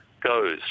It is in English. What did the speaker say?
goes